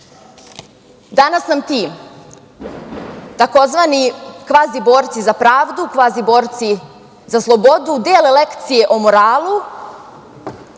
nam ti takozvani kvazi borci za pravdu, kvazi borci za slobodu dele lekcije o moralu,